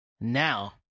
Now